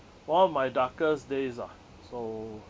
one of my darkest days ah so